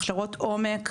הכשרות עומק,